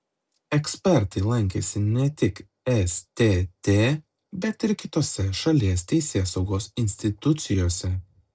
ekspertai lankėsi ne tik stt bet ir kitose šalies teisėsaugos institucijose